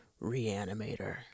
Reanimator